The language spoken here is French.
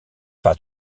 pas